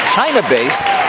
China-based